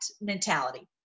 mentality